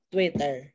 Twitter